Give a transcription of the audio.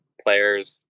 players